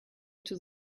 into